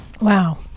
wow